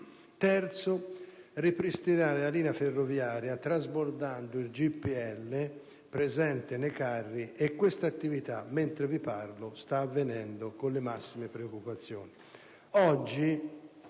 di ripristinare la linea ferroviaria, trasbordando il GPL presente nei carri. Questa attività, mentre vi parlo, sta avvenendo con le massime precauzioni.